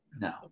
no